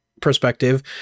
perspective